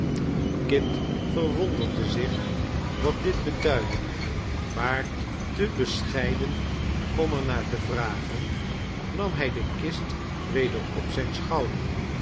kit verwonderde zich wat dit beduidde maar te bescheiden om er naar te vragen nam hij de kist weder op zijn schouder